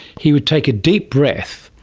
he would take a deep breath,